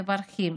מברכים,